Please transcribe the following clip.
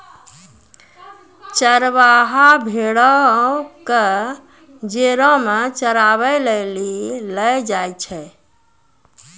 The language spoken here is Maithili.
चरबाहा भेड़ो क जेरा मे चराबै लेली लै जाय छै